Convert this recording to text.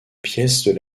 pièces